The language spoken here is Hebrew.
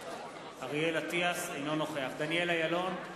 אינו נוכח דניאל אילון,